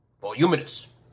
Voluminous